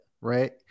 Right